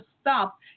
stop